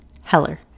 Heller